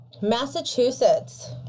Massachusetts